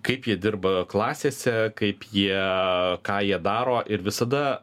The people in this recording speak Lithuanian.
kaip jie dirba klasėse kaip jie ką jie daro ir visada